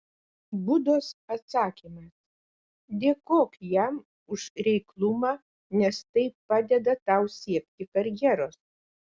budos atsakymas dėkok jam už reiklumą nes tai padeda tau siekti karjeros